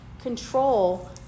control